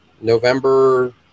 November